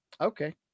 Okay